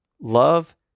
love